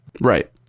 Right